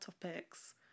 topics